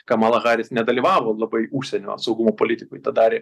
kamala haris nedalyvavo labai užsienio saugumo politikoj tą darė